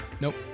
nope